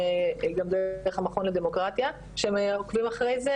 דרך המכון לדמוקרטיה שהם עוקבים אחרי זה.